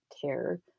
care